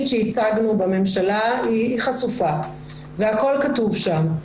שהצגנו בממשלה היא חשופה והכל כתוב שם.